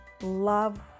love